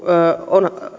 on